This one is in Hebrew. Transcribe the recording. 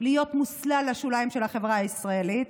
להיות מוסלל לשוליים של החברה הישראלית,